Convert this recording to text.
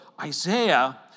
Isaiah